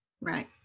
Right